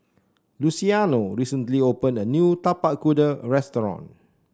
Luciano recently opened a new Tapak Kuda restaurant